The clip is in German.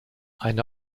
eine